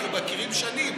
אנחנו מכירים שנים.